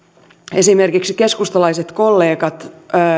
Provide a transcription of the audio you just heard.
esimerkiksi keskustalaiset kollegat